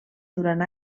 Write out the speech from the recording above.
durant